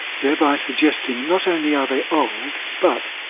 thereby suggesting not only are they old but,